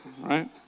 Right